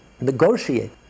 negotiate